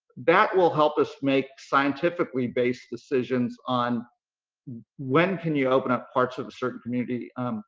that will help us make scientifically based decisions on when can you open up parts of a certain community,